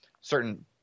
certain